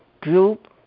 group